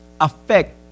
affect